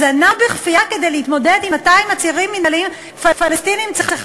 כדי להתמודד עם 200 עצירים מינהליים פלסטינים צריכה